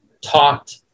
talked